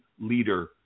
leader